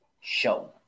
show